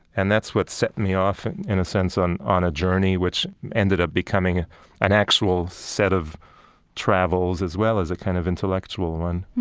and that's what set me off, in a sense, on on a journey, which ended up becoming an actual set of travels as well as a kind of intellectual one